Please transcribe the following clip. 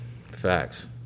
Facts